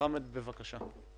חמד, בבקשה.